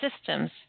systems